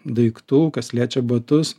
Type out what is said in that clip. daiktų kas liečia batus